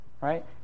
right